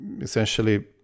essentially